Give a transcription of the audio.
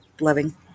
loving